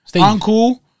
Uncle